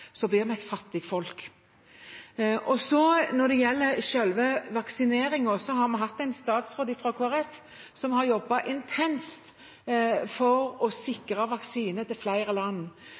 blir vi et fattig folk. Når det gjelder selve vaksineringen, har vi hatt en statsråd fra Kristelig Folkeparti som har jobbet intenst for å sikre vaksiner til flere land.